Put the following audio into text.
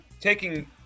taking